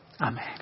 Amen